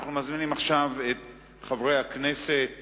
אנחנו מזמינים עכשיו את חברי הכנסת